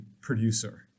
producer